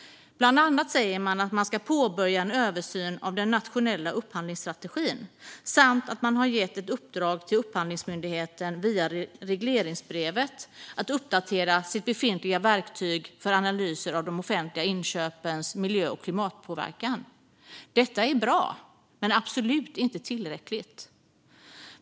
Bland annat säger man att man ska påbörja en översyn av den nationella upphandlingsstrategin samt att man via regleringsbrevet har gett ett uppdrag till Upphandlingsmyndigheten att uppdatera sitt befintliga verktyg för analyser av de offentliga inköpens miljö och klimatpåverkan. Detta är bra, men det är absolut inte tillräckligt.